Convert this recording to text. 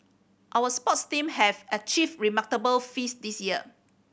our sports team have achieved remarkable feats this year